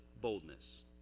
boldness